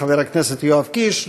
חבר הכנסת יואב קיש.